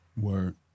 Word